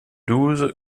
douze